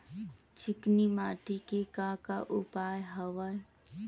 चिकनी माटी के का का उपयोग हवय?